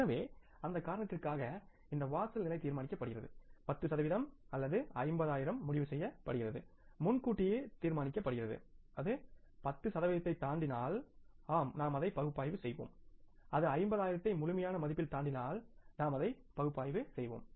எனவே அந்த காரணத்திற்காக இந்த வாசல் நிலை தீர்மானிக்கப்படுகிறது 10 சதவிகிதம் அல்லது 50 ஆயிரம் முடிவு செய்யப்படுகிறது முன்கூட்டியே தீர்மானிக்கப்படுகிறது அது 10 சதவிகிதத்தை தாண்டினால் ஆம் நாம் அதை பகுப்பாய்வு செய்வோம் அது 50 ஆயிரத்தை முழுமையான மதிப்பில் தாண்டினால்நாம் அதை பகுப்பாய்வு செய்வோம்